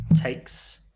takes